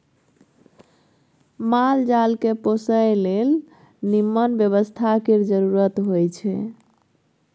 माल जाल केँ पोसय लेल निम्मन बेवस्था केर जरुरत होई छै